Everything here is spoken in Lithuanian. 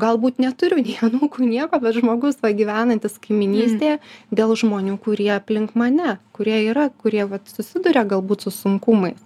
galbūt neturiu nei anūkų nieko bet žmogus gyvenantis kaimynystėje dėl žmonių kurie aplink mane kurie yra kurie susiduria galbūt su sunkumais